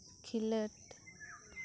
ᱠᱷᱤᱞᱟᱹᱰ